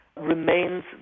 remains